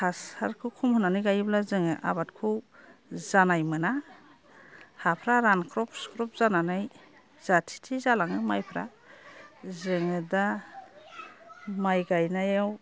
हासारखौ खम होनानै गायोब्ला जोङो आबादखौ जानाय मोना हाफ्रा रानख्रब सिख्रब जानानै जाथि थि जालाङो माइफ्रा जोङो दा माइ गायनायाव